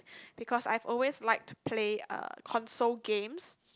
because I've always liked to play uh console games